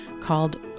called